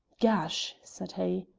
gash! said he.